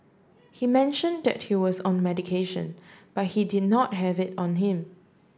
he mentioned he was on medication but he did not have it on him